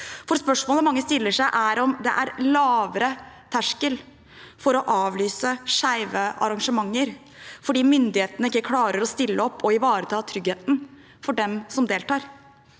Spørsmålet mange stiller seg, er om det er lavere terskel for å avlyse skeive arrangementer, fordi myndighetene ikke klarer å stille opp og ivareta tryggheten for dem som deltar.